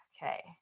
Okay